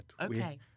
Okay